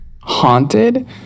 Haunted